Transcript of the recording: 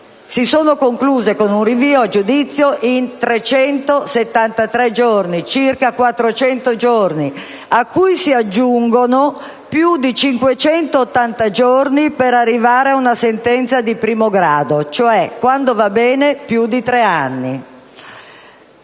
si sono concluse con un rinvio a giudizio, è stata di 373 giorni, circa 400 giorni, a cui si aggiungono più di 580 giorni per arrivare ad una sentenza di primo grado; quando va bene, più di tre anni.